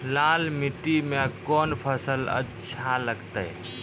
लाल मिट्टी मे कोंन फसल अच्छा लगते?